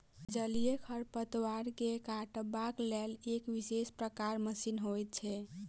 जलीय खढ़पतवार के काटबाक लेल एक विशेष प्रकारक मशीन होइत छै